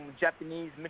Japanese